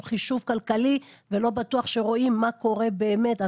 חישוב כלכלי ולא בטוח שרואים מה קורה באמת.